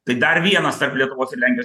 tai dar vienas tarp lietuvos ir lenkijos